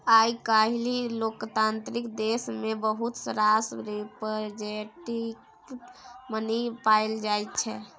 आइ काल्हि लोकतांत्रिक देश मे बहुत रास रिप्रजेंटेटिव मनी पाएल जाइ छै